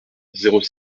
guichards